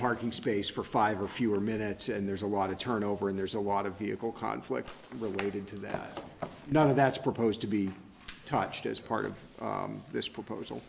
parking space for five or fewer minutes and there's a lot of turnover and there's a lot of vehicle conflict related to that none of that's proposed to be touched as part of this proposal